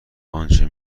آنچه